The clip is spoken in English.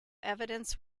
evidence